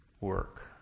work